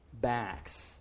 backs